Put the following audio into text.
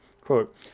Quote